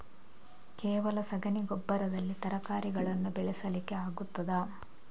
ಕೇವಲ ಸಗಣಿ ಗೊಬ್ಬರದಲ್ಲಿ ತರಕಾರಿಗಳನ್ನು ಬೆಳೆಸಲಿಕ್ಕೆ ಆಗ್ತದಾ?